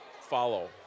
follow